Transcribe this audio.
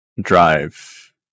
drive